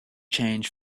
change